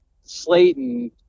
Slayton